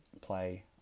play